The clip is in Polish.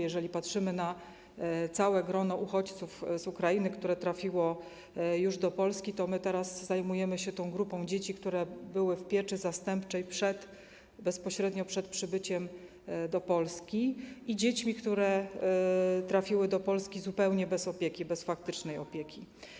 Jeżeli patrzymy na całe grono uchodźców z Ukrainy, które trafiło już do Polski, to my teraz zajmujemy się tą grupą dzieci, które były w pieczy zastępczej bezpośrednio przed przybyciem do Polski, i dziećmi, które trafiły do Polski zupełnie bez opieki, bez faktycznej opieki.